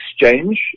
exchange